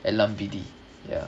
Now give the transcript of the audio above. எல்லாம் விதி:ellaam vidhi ya